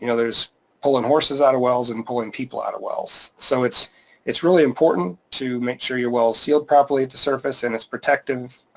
you know there's pulling horses out of wells and pulling people out of wells. so it's it's really important to make sure your well's sealed properly at the surface and it's protected,